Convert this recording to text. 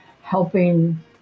helping